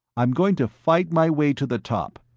i'm going to fight my way to the top,